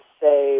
say